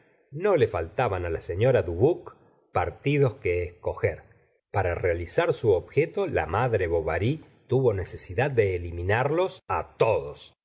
no le faltaban á la senora dubuc partidos que escoger para realizar su objeto la madre bovary tuvo necesidad de eliminarlos á todos